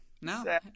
No